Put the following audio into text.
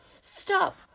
Stop